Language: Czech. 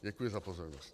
Děkuji za pozornost.